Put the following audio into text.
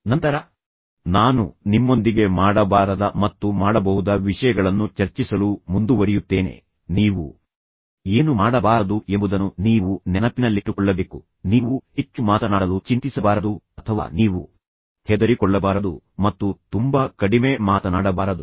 ನಂತರ ನಾನು ನಿಮ್ಮೊಂದಿಗೆ ಮಾಡಬಾರದ ಮತ್ತು ಮಾಡಬಹುದ ವಿಷಯಗಳನ್ನು ಚರ್ಚಿಸಲು ಮುಂದುವರಿಯುತ್ತೇನೆ ನೀವು ಏನು ಮಾಡಬಾರದು ಎಂಬುದನ್ನು ನೀವು ನೆನಪಿನಲ್ಲಿಟ್ಟುಕೊಳ್ಳಬೇಕು ನೀವು ಹೆಚ್ಚು ಮಾತನಾಡಲು ಚಿಂತಿಸಬಾರದು ಅಥವಾ ನೀವು ಹೆದರಿಕೊಳ್ಳಬಾರದು ಮತ್ತು ತುಂಬಾ ಕಡಿಮೆ ಮಾತನಾಡಬಾರದು